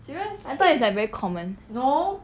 serious I thought it's like very common